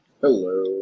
Hello